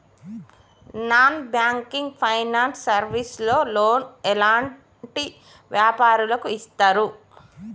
Non banking finance service లో loan ఎలాంటి వ్యాపారులకు ఇస్తరు?